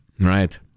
Right